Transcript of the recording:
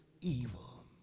evil